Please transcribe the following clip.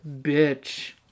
bitch